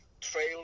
trail